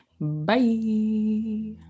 Bye